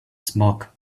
smoke